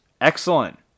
excellent